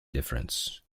difference